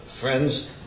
friends